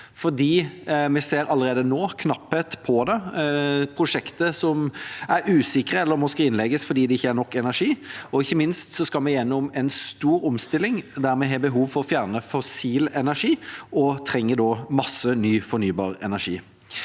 vi ser allerede nå knapphet på det og prosjekt som er usikre eller må skrinlegges fordi det ikke er nok energi. Ikke minst skal vi gjennom en stor omstilling der vi har behov for å fjerne fossil energi, og vi trenger da masse ny fornybar energi.